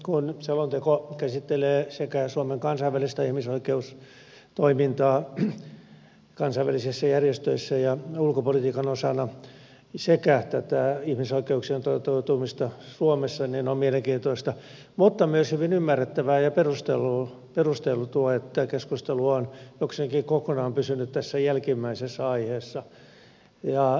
kun selonteko käsittelee sekä suomen kansainvälistä ihmisoikeustoimintaa kansainvälisissä järjestöissä ja ulkopolitiikan osana että tätä ihmisoikeuksien toteutumista suomessa niin on mielenkiintoista mutta myös hyvin ymmärrettävää ja perusteltua että keskustelu on jokseenkin kokonaan pysynyt tässä jälkimmäisessä aiheessa